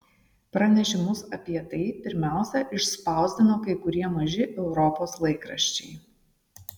pranešimus apie tai pirmiausia išspausdino kai kurie maži europos laikraščiai